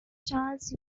charles